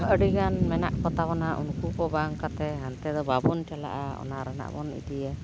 ᱟᱹᱰᱤᱜᱟᱱ ᱢᱮᱱᱟᱜ ᱠᱚᱛᱟᱵᱚᱱᱟ ᱩᱱᱠᱩ ᱠᱚ ᱵᱟᱝ ᱠᱟᱛᱮ ᱦᱟᱱᱛᱮ ᱫᱚ ᱵᱟᱵᱚᱱ ᱪᱟᱞᱟᱜᱼᱟ ᱚᱱᱟ ᱨᱮᱱᱟᱜ ᱵᱚᱱ ᱤᱫᱤᱭᱟ